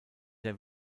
der